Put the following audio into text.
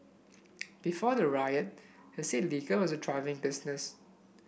before the riot he said liquor was a thriving business